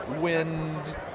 wind